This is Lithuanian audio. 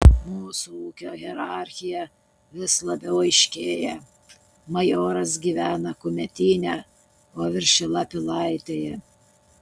mūsų ūkio hierarchija vis labiau aiškėja majoras gyvena kumetyne o viršila pilaitėje